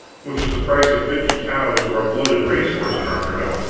which was the price of fifty cows or a blooded race horse in arthurdom.